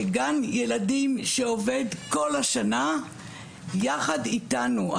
זה גן ילדים שעובד כל השנה יחד איתנו.